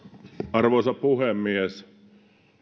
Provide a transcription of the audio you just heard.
arvoisa puhemies